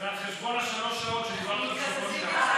זה על חשבון שלוש השעות שחרגת בשבוע